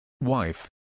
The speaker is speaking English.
wife